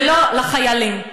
ולא לחיילים.